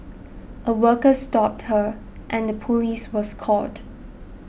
a worker stopped her and the police was called